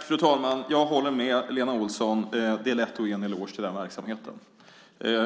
Fru talman! Jag håller med Lena Olsson. Det är lätt att ge en eloge till den verksamheten.